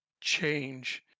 change